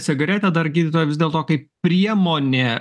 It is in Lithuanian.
cigaretė dar gydytoja vis dėlto kaip priemonė